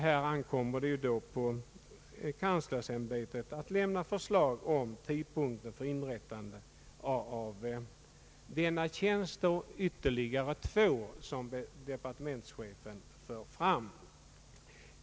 Det ankommer på kanslersämbetet att lämna förslag till tidpunkt för inrättandet av denna tjänst och ytterligare två som departementschefen föreslagit.